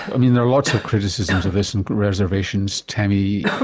i mean, there are lots of criticisms of this and reservations, tammy,